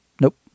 nope